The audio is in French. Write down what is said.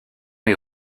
est